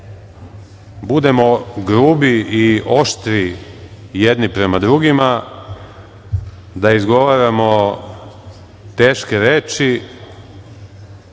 budemo grubi i oštri jedni prema drugima, da izgovaramo teške reči